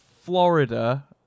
Florida